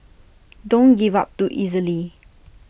don't give up too easily